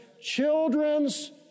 children's